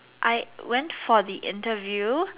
I went for the interview